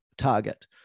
target